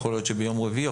יכול להיות שביום רביעי,